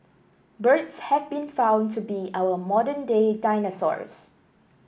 birds have been found to be our modern day dinosaurs